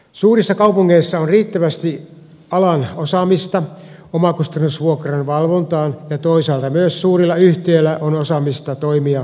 suurissa kaupungeissa on riittävästi alan osaamista omakustannusvuokran valvontaan ja toisaalta myös suurilla yhtiöillä on osaamista toimia oikealla tavalla